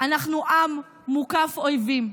אנחנו עם מוקף אויבים.